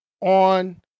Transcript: on